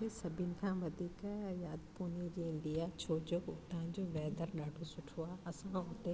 मूंखे सभिनि खां वधीक यादि पुणे जी ईंदी आहे छोजो हुतां जो वैदर ॾाढो सुठो आहे असां हुते